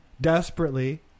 desperately